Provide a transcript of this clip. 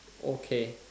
okay